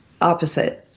opposite